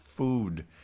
food